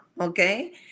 okay